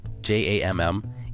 J-A-M-M